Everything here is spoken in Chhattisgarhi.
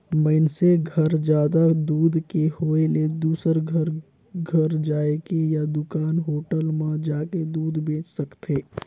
मइनसे घर जादा दूद के होय ले दूसर घर घर जायके या दूकान, होटल म जाके दूद बेंच सकथे